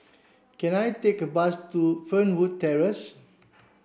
can I take a bus to Fernwood Terrace